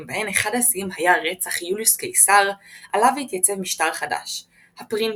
בהן אחד השיאים היה רצח יוליוס קיסר עלה והתייצב משטר חדש – הפרינקפס,